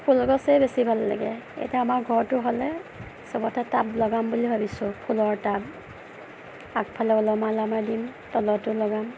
ফুল গছেই বেছি ভাল লাগে ইয়াতে আমাৰ ঘৰটো হ'লে চবতে টাব লগাম বুলি ভাবিছোঁ ফুলৰ টাব আগফালেও ওলমাই ওলমাই দিম তলতো লগাম